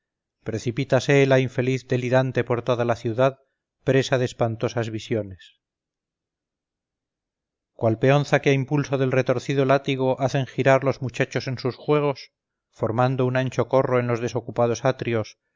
precipítase la infeliz delirante por toda la ciudad presa de espantosas visiones cual peonza que a impulso del retorcido látigo hacen girar los muchachos en sus juegos formando un ancho corro en los desocupados atrios